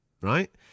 right